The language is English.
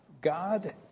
God